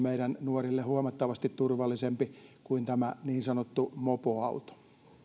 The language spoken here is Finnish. meidän nuorille huomattavasti turvallisempi kuin tämä niin sanottu mopoauto